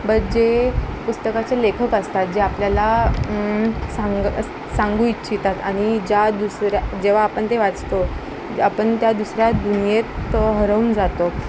but जे पुस्तकाचे लेखक असतात जे आपल्याला सांग सांगू इच्छितात आणि ज्या दुसऱ्या जेव्हा आपण ते वाचतो आपण त्या दुसऱ्या दुनियेत हरवून जातो